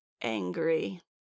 angry